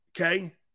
Okay